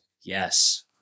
Yes